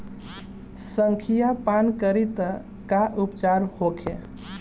संखिया पान करी त का उपचार होखे?